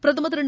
பிரதமர் திரு